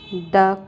haddock